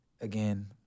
again